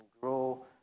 grow